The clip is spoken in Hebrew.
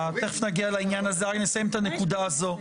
תיכף נגיע לעניין הזה, רק נסיים את הנקודה הזאת.